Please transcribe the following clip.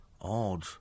odd